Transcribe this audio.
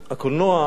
הקולנוע,